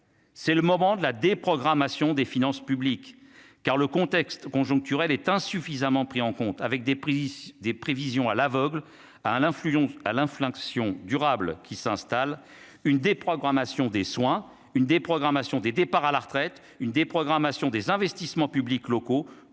c'est le moment de la déprogrammation des finances publiques car le contexte conjoncturel est insuffisamment pris en compte, avec des prix des prévisions à l'aveugle à à l'influence à l'inflexion durable qui s'installe une déprogrammation des soins une déprogrammation des départs à la retraite une déprogrammation des investissements publics locaux,